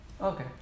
Okay